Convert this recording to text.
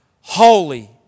Holy